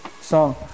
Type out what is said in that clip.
song